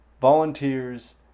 volunteers